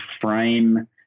frame